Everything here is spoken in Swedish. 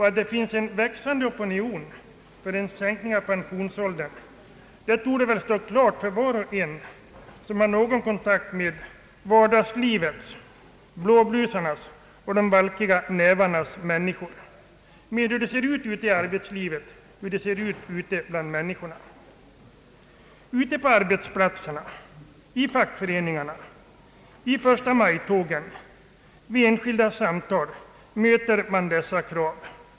Att det finns en växande opinion för en sänkning av pensionsåldern torde väl stå klart för var och en som har någon kontakt med vardagslivets, blåblusarnas och de valkiga nävarnas människor och med hur det ser ut i arbetslivet ute bland människorna. Ute på arbetsplatserna, i fackföreningarna, i förstamajtågen, vid enskilda samtal möter man dessa krav.